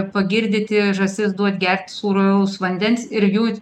pagirdyti žąsis duot gerti sūraus vandens ir jų